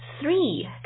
three